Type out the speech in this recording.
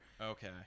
Okay